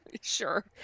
sure